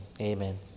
Amen